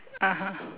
(uh huh)